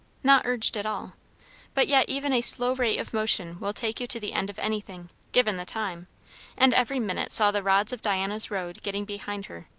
not urged at all but yet even a slow rate of motion will take you to the end of anything, given the time and every minute saw the rods of diana's road getting behind her.